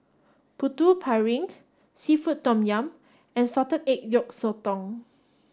Putu Piring seafood tom yum and salted egg yolk Sotong